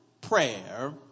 prayer